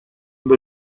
him